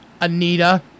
Anita